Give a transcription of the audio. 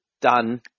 done